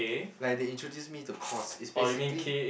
like they introduce me to Cos it's basically